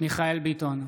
מיכאל מרדכי ביטון,